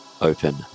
open